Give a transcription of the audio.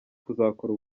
kuzakora